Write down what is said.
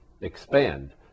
expand